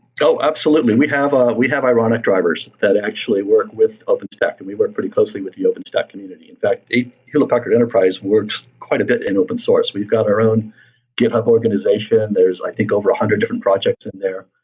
absolutely. we have ah we have ironic drivers that actually work with openstack. and we work pretty closely with the openstack community. in fact, hewlett packard enterprise works quite a bit in open source. we've got our own github organization, there's i think over a hundred different projects in there.